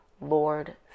Lord